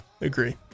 agree